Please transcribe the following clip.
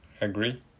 agree